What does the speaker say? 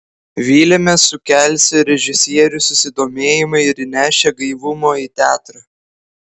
vylėmės sukelsią režisierių susidomėjimą ir įnešią gaivumo į teatrą